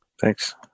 Thanks